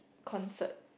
concerts